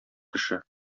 кеше